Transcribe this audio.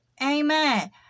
Amen